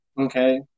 Okay